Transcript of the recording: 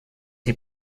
die